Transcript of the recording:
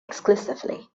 exclusively